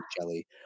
jelly